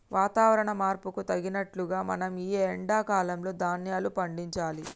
వాతవరణ మార్పుకు తగినట్లు మనం ఈ ఎండా కాలం లో ధ్యాన్యాలు పండించాలి